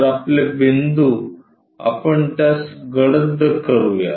तर आपले बिंदू आपण त्यास गडद करूया